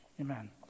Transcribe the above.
amen